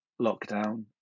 lockdown